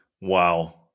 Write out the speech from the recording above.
Wow